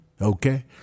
Okay